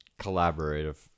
collaborative